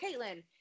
Caitlin